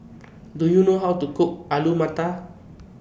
Do YOU know How to Cook Alu Matar